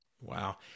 Wow